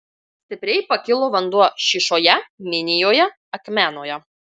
stipriai pakilo vanduo šyšoje minijoje akmenoje